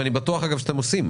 ואני בטוח שאתם עושים.